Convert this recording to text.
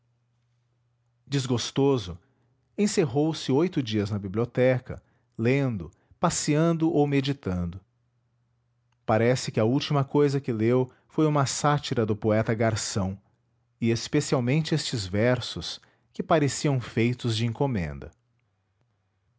desgostoso encerrou-se oito dias na biblioteca lendo passeando ou meditando parece que a última cousa que leu foi uma sátira do poeta garção e especialmente estes versos que pareciam feitos de encomenda